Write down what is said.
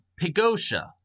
Pigosia